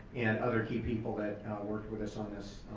and other key people that worked with us on this,